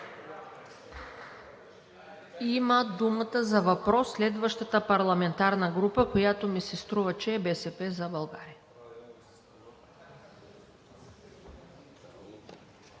Има думата за въпрос следващата парламентарна група, която ми се струва, че е „БСП за България“.